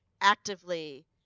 actively